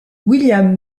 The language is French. william